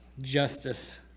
justice